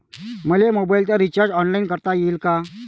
मले मोबाईलच recharge online करता येईन का?